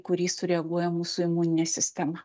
kurį sureaguoja mūsų imuninė sistema